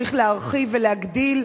שצריך להרחיב ולהגדיל,